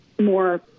more